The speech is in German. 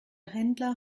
händler